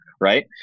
right